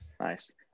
Nice